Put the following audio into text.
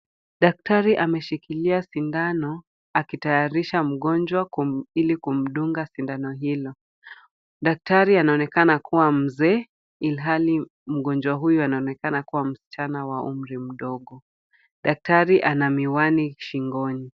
Daktari ameshikilia sindano akitayarisha mgonjwa ili kumdunga sindano hilo. Daktari anaonekana kuwa mzee, ilhali mgonjwa huyo anaonekana kuwa msichana wa umri mdogo. Daktari ana miwani shingoni.